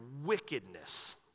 wickedness